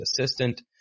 assistant